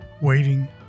waiting